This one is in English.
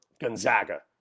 Gonzaga